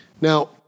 Now